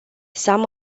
some